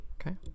okay